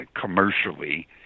commercially